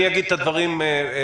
אני אגיד את הדברים בסיום.